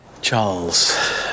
Charles